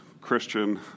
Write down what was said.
Christian